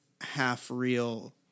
half-real